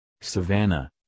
Savannah